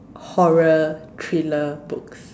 horror thriller books